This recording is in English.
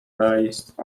based